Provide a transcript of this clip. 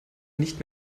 nicht